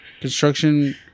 Construction